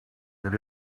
that